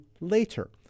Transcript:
later